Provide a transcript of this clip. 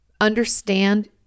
understand